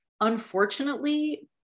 unfortunately